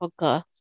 podcast